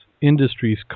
Industries